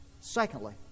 Secondly